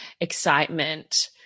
excitement